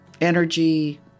energy